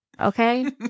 Okay